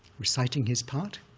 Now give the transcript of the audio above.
reciting his part,